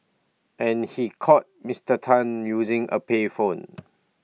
and he called Mister Tan using A payphone